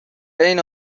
عین